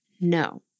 no